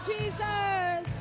Jesus